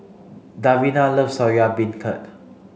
Davina loves Soya Beancurd